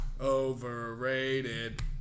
Overrated